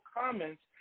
comments